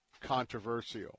controversial